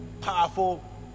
powerful